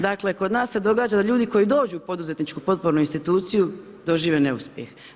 Dakle, kod nas se događa da ljudi koji dođu u poduzetničku potpornu instituciju dožive neuspjeh.